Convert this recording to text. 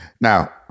Now